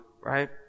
right